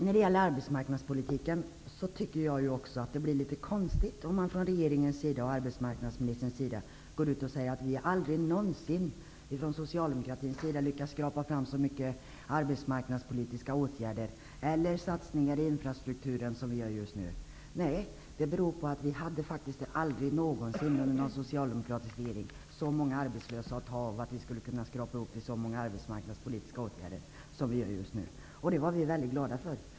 När det gäller arbetsmarknadspolitiken blir det litet konstigt om man från regeringens och arbetsmarknadsministerns sida går ut och säger att vi socialdemokrater aldrig någonsin har lyckats ta fram så många arbetsmarknadspolitiska åtgärder eller satsningar i infrastruktur som regeringen nu har gjort. Nej, det beror på att det aldrig någonsin under någon socialdemokratisk regering fanns så många arbetslösa att ta fram arbetsmarknadspolitiska åtgärder till. Det var vi väldigt glada för.